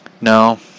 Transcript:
No